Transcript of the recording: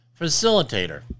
Facilitator